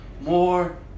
more